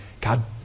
God